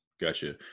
Gotcha